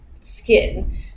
skin